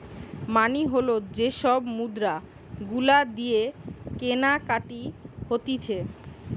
মানি হল যে সব মুদ্রা গুলা দিয়ে কেনাকাটি হতিছে